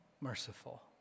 merciful